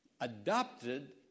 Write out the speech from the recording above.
adopted